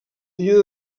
dia